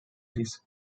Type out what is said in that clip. this